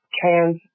trans